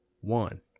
one